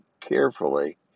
carefully